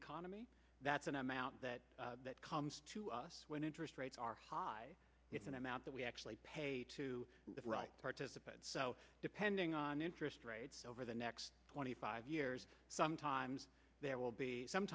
economy that's an amount that comes to us when interest rates are high it's an amount that we actually pay to the participants depending on interest rates over the next twenty five years sometimes there will be some